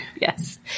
Yes